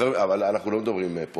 אבל אנחנו לא מדברים פה